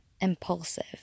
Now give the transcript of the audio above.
impulsive